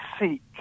seek